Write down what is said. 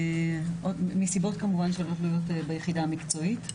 מסיבות שכמובן לא תלויות ביחידה המקצועית.